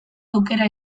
aukera